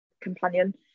companion